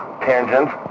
tangent